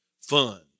fun